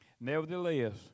Nevertheless